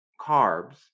carbs